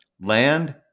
land